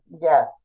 yes